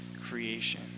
creation